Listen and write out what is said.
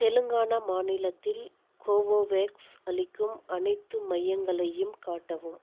தெலுங்கானா மாநிலத்தில் கோவோவேக்ஸ் அளிக்கும் அனைத்து மையங்களையும் காட்டவும்